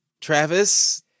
Travis